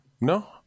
No